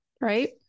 right